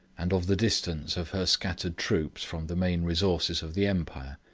and of the distance of her scattered troops from the main resources of the empire.